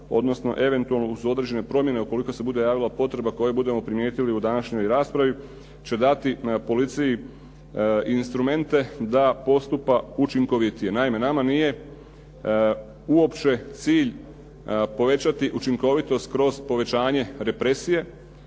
odnosno eventualno uz određene promjene, ukoliko se bude javila potreba koju budemo primijetili u današnjoj raspravi će dati policiji instrumente da postupa učinkovitije. Naime, nama nije uopće cilj povećati učinkovitost kroz povećanje represije.